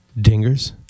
Dingers